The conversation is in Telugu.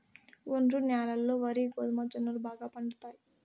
ఒండ్రు న్యాలల్లో వరి, గోధుమ, జొన్నలు బాగా పండుతాయి